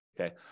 Okay